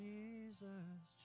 Jesus